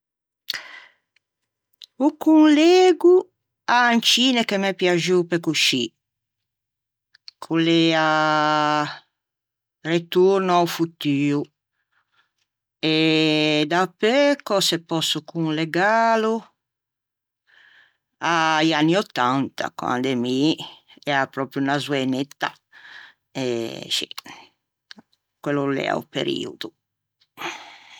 O conlego à un cine che m'é piaxuo pe coscì ch'o l'ea "Ritorno a-o futuo"”" e dapeu cöse pòsso conlegalo a-i anni ottanta quande mi ea pròpio unna zoënetta e scì quello o l'ea o periodo.